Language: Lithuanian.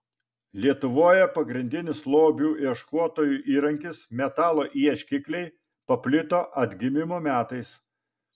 lietuvoje pagrindinis lobių ieškotojų įrankis metalo ieškikliai paplito atgimimo metais